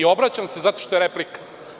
Obraćam se zato što je replika.